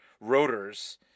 rotors